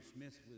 Smith